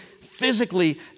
physically